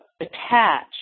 attach